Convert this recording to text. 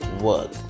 work